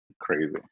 Crazy